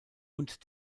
und